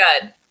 good